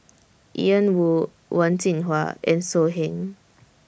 Ian Woo Wen Jinhua and So Heng